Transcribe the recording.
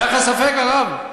היה לך ספק, הרב?